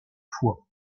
fois